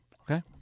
Okay